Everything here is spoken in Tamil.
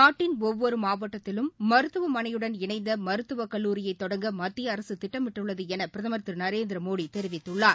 நாட்டின் ஒவ்வொருமாவட்டத்திலும் மருத்துவமனையுடன் இணைந்தமருத்துவக் கல்லூரியைதொடங்க மத்தியஅரசுதிட்டமிட்டுள்ளதுஎனபிரதமா் திருநரேந்திரமோடி தெரிவித்துள்ளார்